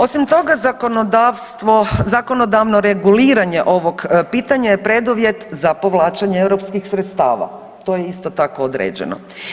Osim toga zakonodavno reguliranje ovog pitanja je preduvjet za povlačenje europskih sredstava, to je isto tako određeno.